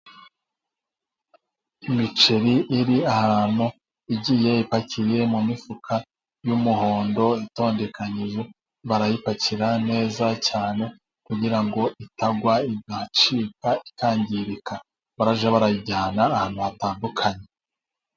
Imiceri iri ahantu igiye ipakiye mu mifuka y' umuhondo itondekanye, barayipakira neza cyane kugira ngo itagwa igacika, ikangirika barajya barayijyana ahantu hatandukanye.